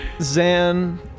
Zan